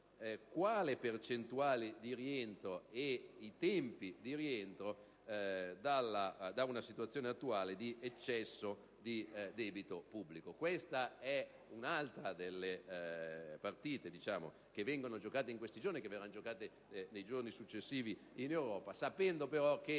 la percentuale di rientro e i tempi di rientro da una situazione attuale di eccesso di debito pubblico. Questa è un'altra delle partite che vengono giocate in questi giorni e che verranno giocate nei giorni successivi in Europa, sapendo però che